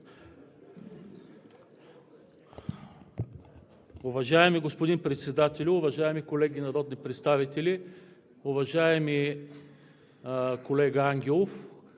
Уважаеми господин Председателю, уважаеми колеги народни представители! Уважаеми колега Ангелов,